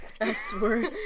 S-words